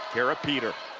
kara peter.